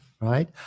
right